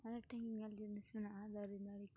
ᱟᱞᱮ ᱴᱷᱮᱱ ᱧᱮᱞ ᱡᱤᱱᱤᱥ ᱠᱚ ᱢᱮᱱᱟᱜᱼᱟ ᱫᱟᱨᱮ ᱱᱟᱹᱲᱤ ᱠᱚ